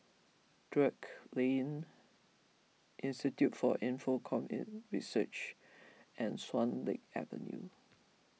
Drake Lane Institute for Infocomm Research and Swan Lake Avenue